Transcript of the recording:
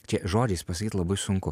čia žodžiais pasakyt labai sunku